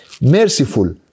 merciful